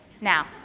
now